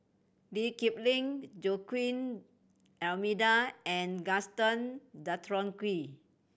Lee Kip Lin Joaquim D'Almeida and Gaston Dutronquoy